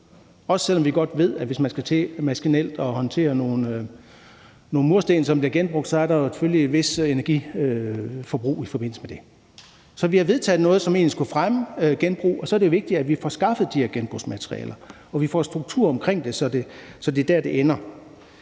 også selv om vi godt ved, at hvis man skal til maskinelt at håndtere nogle mursten, som så bliver genbrugt, så er der selvfølgelig et vist energiforbrug i forbindelse med det. Så vi har vedtaget noget, som egentlig skulle fremme genbrug, og så er det vigtigt, at vi får skaffet de her genbrugsmaterialer og vi får struktur omkring det, så det er der, det ender.